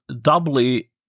doubly